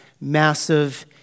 massive